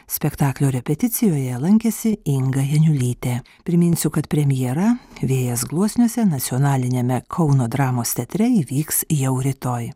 spektaklio repeticijoje lankėsi inga janiulytė priminsiu kad premjera vėjas gluosniuose nacionaliniame kauno dramos teatre įvyks jau rytoj